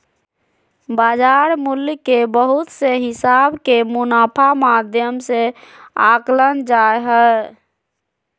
बाजार मूल्य के बहुत से हिसाब के मुनाफा माध्यम से आंकल जा हय